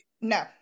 No